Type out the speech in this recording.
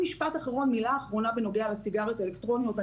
משפט אחרון בנוגע לסיגריות האלקטרוניות.